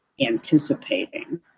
anticipating